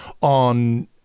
on